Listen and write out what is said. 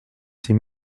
ces